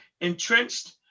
entrenched